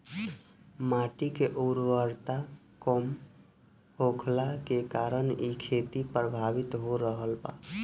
माटी के उर्वरता कम होखला के कारण इ खेती प्रभावित हो रहल बा